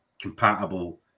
compatible